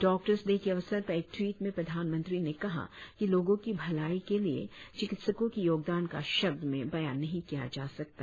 doctors day के अवसर पर एक टवीट में प्रधानमंत्री ने कहा कि लोगों की भलाई के लिए चिकित्सकों के योगदान का शब्द में बयान नहीं किया जा सकता